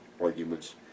arguments